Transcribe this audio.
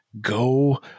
Go